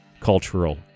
cultural